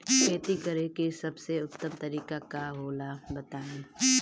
खेती करे के सबसे उत्तम तरीका का होला बताई?